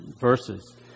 verses